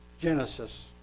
Genesis